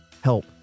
help